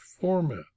format